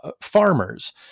farmers